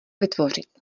vytvořit